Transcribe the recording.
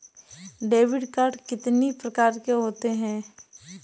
Debit card कितनी प्रकार के होते हैं?